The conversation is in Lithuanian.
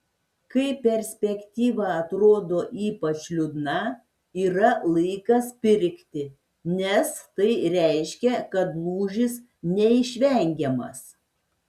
kai perspektyva atrodo ypač liūdna yra laikas pirkti nes tai reiškia kad lūžis neišvengiamas